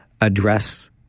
address